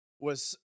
was-